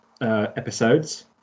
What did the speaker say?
episodes